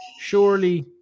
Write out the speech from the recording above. Surely